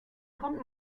kommt